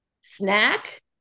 snack